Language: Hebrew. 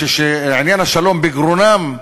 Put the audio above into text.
שעניין השלום בגרונם,